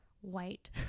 white